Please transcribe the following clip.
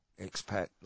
expat